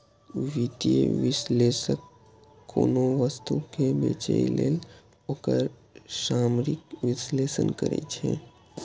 वित्तीय विश्लेषक कोनो वस्तु कें बेचय लेल ओकर सामरिक विश्लेषण करै छै